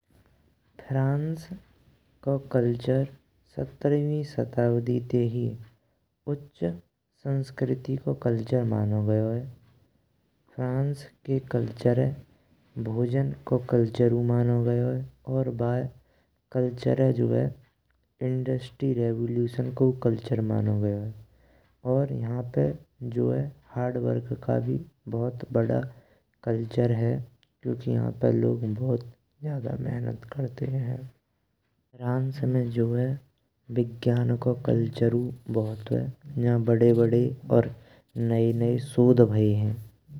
फ़्रांस को कल्चर सत्त्रहेवी शताब्दी ते ही उच्च संस्कृति को कल्चर मनो गयो है। फ़्रांस के कल्चर में भोजन को कल्चर मनो गयो है और बा कल्चर जो है इंडस्ट्री रेवोल्यूशन को कल्चर मनो गयो है। और यहां पे हार्ड वर्क का भी बहुत कल्चर है चूंकि यहां के लोग बहुत ज्यादा मेहनत करते हैं। फ़्रांस में जो है विज्ञान को कल्चर बहुत है नज बीडी बडी और नये नये शोध भए हैं।